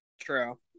True